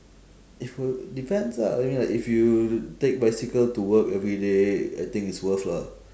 if you depends ah I mean like if you take bicycle to work everyday I think it's worth lah